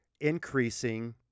increasing